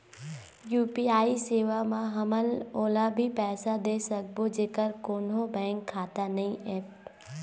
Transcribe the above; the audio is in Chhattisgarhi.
यू.पी.आई सेवा म हमन ओला भी पैसा दे सकबो जेकर कोन्हो बैंक खाता नई ऐप?